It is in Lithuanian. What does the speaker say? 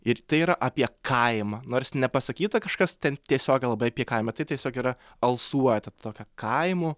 ir tai yra apie kaimą nors nepasakyta kažkas ten tiesiogiai labai apie kaimą tai tiesiog yra alsuoja ta tokia kaimu